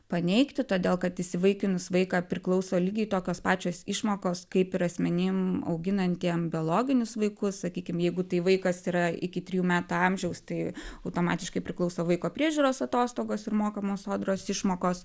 paneigti todėl kad įsivaikinus vaiką priklauso lygiai tokios pačios išmokos kaip ir asmenim auginantiem biologinius vaikus sakykim jeigu tai vaikas yra iki trijų metų amžiaus tai automatiškai priklauso vaiko priežiūros atostogos ir mokamos sodros išmokos